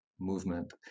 movement